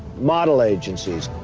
model agencies,